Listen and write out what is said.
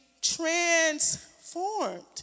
transformed